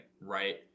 right